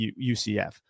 UCF